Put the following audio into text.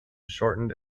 shortened